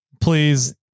Please